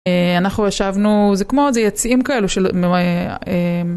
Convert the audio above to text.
אנחנו ישבנו זה כמו זה יציעים כאלה של.